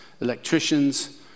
electricians